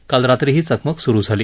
काल रात्री ही चकमक सुरु झाली